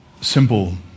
simple